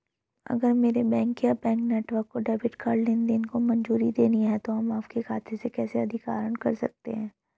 अगर मेरे बैंक या बैंक नेटवर्क को डेबिट कार्ड लेनदेन को मंजूरी देनी है तो हम आपके खाते से कैसे अधिक आहरण कर सकते हैं?